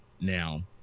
Now